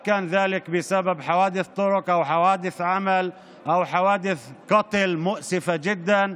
בין שזה נגרם מתאונת דרכים תאונת עבודה או תאונה קטלנית מצערת מאוד.